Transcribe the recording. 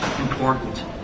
important